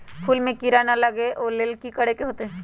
फूल में किरा ना लगे ओ लेल कि करे के होतई?